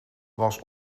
was